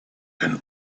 can